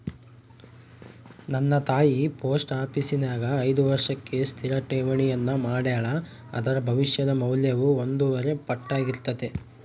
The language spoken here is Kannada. ನನ್ನ ತಾಯಿ ಪೋಸ್ಟ ಆಪೀಸಿನ್ಯಾಗ ಐದು ವರ್ಷಕ್ಕೆ ಸ್ಥಿರ ಠೇವಣಿಯನ್ನ ಮಾಡೆಳ, ಅದರ ಭವಿಷ್ಯದ ಮೌಲ್ಯವು ಒಂದೂವರೆ ಪಟ್ಟಾರ್ಗಿತತೆ